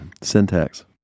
syntax